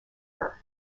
her